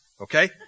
okay